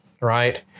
right